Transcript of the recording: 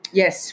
yes